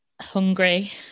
Hungry